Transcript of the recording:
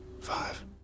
Five